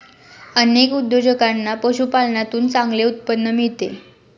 अनेक उद्योजकांना पशुपालनातून चांगले उत्पन्न मिळते